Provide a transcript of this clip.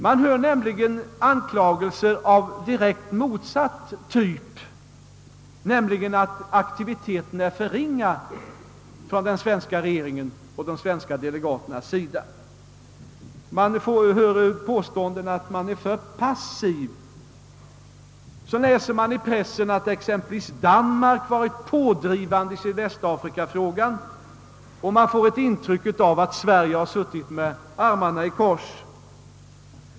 Man hör anklagelser av direkt motsatt typ, nämligen att aktiviteten är för ringa från den svenska regeringens och de svenska delegaternas sida. Man hör påståenden att vi är för passiva. Man läser i pressen att exempelvis Danmark varit pådrivande i sydvästafrikafrågan, och man får intrycket att Sverige suttit med armarna 1 kors.